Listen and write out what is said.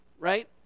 right